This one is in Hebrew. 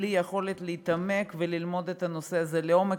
בלי יכולת ללמוד את הנושא הזה לעומק,